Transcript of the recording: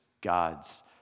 God's